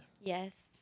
Yes